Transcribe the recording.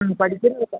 മ് പഠിക്കുന്ന കൊച്ചാ